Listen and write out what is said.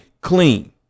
clean